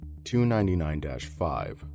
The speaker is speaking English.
299-5